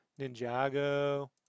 Ninjago